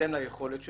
בהתאם ליכולת שלו,